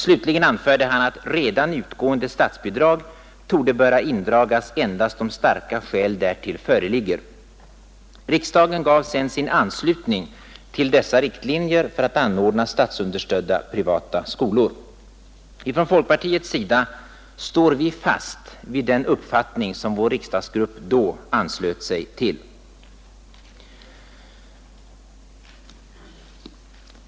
Slutligen anförde han: Redan utgående statsbidrag torde sålunda böra indragas endast om starka skäl därtill föreligger.” Riksdagen gav sedan sin anslutning till dessa riktlinjer för att anordna statsunderstödda privatskolor. Ifrån folkpartiets sida står vi fast vid den uppfattning som vår riksdagsgrupp då anslöt sig till.